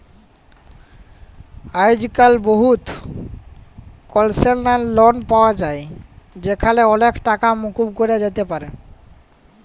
আইজক্যাল বহুত কলসেসলাল লন পাওয়া যায় যেখালে অলেক টাকা মুকুব ক্যরা যাতে পারে